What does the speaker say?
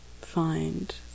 find